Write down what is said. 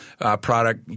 product